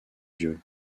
yeux